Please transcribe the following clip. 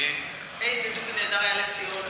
איזה דובי נהדר היה לסיאול.